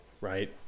right